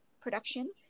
production